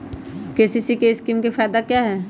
KCC scheme का फायदा क्या है?